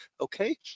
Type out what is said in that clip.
okay